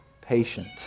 patient